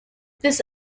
this